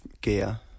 gear